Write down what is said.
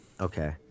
Okay